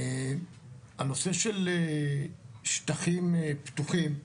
הנושא של שטחים פתוחים,